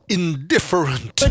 indifferent